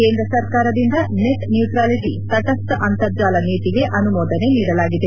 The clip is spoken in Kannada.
ಕೇಂದ್ರ ಸರ್ಕಾರದಿಂದ ನೆಟ್ ನ್ಯೂಟ್ರ್ತಾಲಿಟಿ ತೆಟಸ್ಥ ಅಂತರ್ಜಾಲ ನೀತಿಗೆ ಅನುಮೋದನೆ ನೀಡಲಾಗಿದೆ